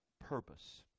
purpose